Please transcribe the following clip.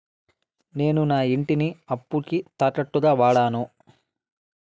నేను నా ఇంటిని అప్పుకి తాకట్టుగా వాడాను